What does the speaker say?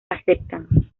aceptan